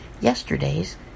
yesterday's